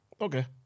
Okay